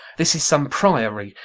this is some priory.